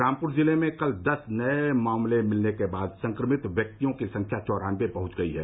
रामपुर जिले में कल दस नए मामले मिलने के बाद संक्रमित व्यक्तियों की संख्या चौरानबे पहुंच गई है